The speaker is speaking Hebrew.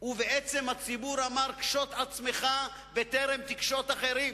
ובעצם הציבור אמר: קשוט עצמך בטרם תקשוט אחרים.